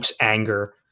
anger